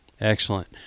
Excellent